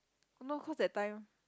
no cause that time